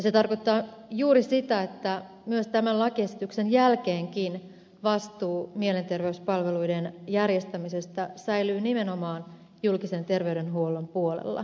se tarkoittaa juuri sitä että myös tämän lakiesityksen jälkeen vastuu mielenterveyspalveluiden järjestämisestä säilyy nimenomaan julkisen terveydenhuollon puolella